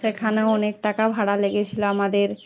সেখানে অনেক টাকা ভাড়া লেগেছিলো আমাদের